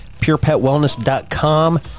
PurePetWellness.com